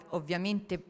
ovviamente